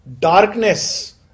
darkness